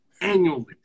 annually